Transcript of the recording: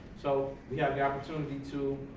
so we have the opportunity to